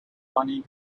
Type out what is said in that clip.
roni